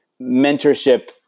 Mentorship